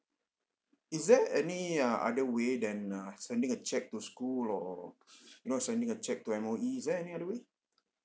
is there any uh other way than uh sending a cheque to school or you know sending a cheque to M_O_E is there any other way